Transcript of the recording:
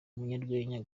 umunyarwenya